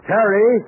Terry